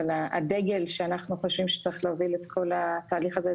על הדגל שאנחנו חושבים שצריך להוביל את כל התהליך הזה,